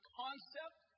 concept